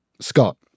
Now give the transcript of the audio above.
Scott